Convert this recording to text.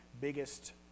biggest